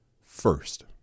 first